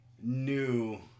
new